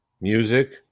music